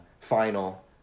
final